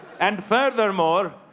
and furthermore.